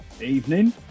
Evening